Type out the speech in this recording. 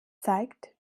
zeigt